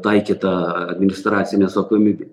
taikyta administracinė atsakomybė